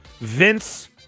Vince